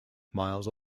miles